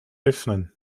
öffnen